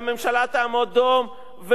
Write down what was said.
והממשלה תעמוד דום,